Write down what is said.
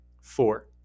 Four